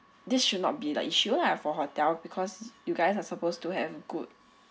this should not be the issue lah for hotel because you guys are supposed to have good